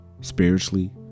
spiritually